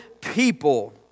people